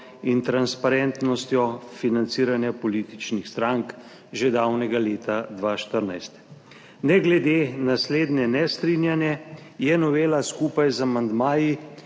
in transparentnostjo financiranja političnih strank že davnega leta 2014. Ne glede na slednje nestrinjanje je novela skupaj z amandmaji